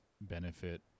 benefit